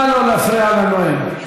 נא לא להפריע לנואם.